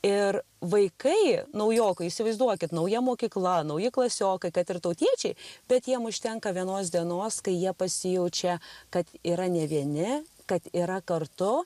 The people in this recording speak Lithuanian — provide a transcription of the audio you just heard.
ir vaikai naujokai įsivaizduokit nauja mokykla nauji klasiokai kad ir tautiečiai bet jiem užtenka vienos dienos kai jie pasijaučia kad yra ne vieni kad yra kartu